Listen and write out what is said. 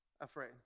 Afraid